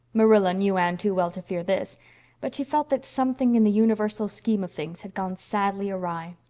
marilla knew anne too well to fear this but she felt that something in the universal scheme of things had gone sadly awry.